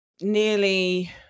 nearly